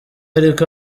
ariko